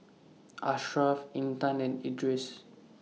Ashraff Intan and Idris